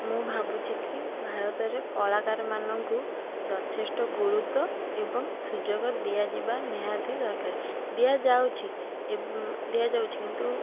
ମୁଁ ଭାବୁଛି କି ଭାରତରେ କଳାକାରମାନଙ୍କୁ ଯଥେଷ୍ଟ ଗୁରୁତ୍ତ୍ୱ ଏବଂ ସୁଯୋଗ ଦିଆଯିବା ନିହାତି ଦରକାରେ ଦିଆଯାଉଛି ଏବଂ ଦିଆଯାଉଛି କିନ୍ତୁ